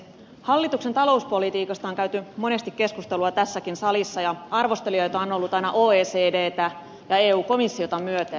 hallituksen talouspolitiikasta on käyty monesti keskustelua tässäkin salissa ja arvostelijoita on ollut aina oecdtä ja eun komissiota myöten